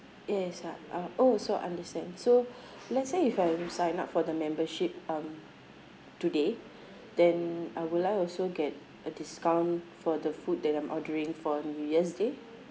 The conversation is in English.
yes uh uh all also understand so let's say if I'm sign up for the membership um today then uh will I also get a discount for the food that I'm ordering for new year's day